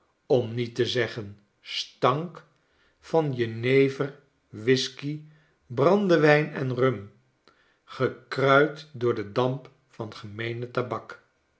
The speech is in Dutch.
om niet te zeggen stank van jenever whiskey brandewijn en rum gekruid door den damp van gemeene tabak